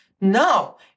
No